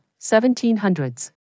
1700s